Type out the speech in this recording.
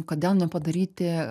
kodėl nepadaryti